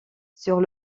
sur